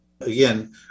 Again